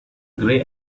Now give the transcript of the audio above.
grey